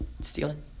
stealing